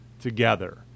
together